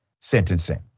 sentencing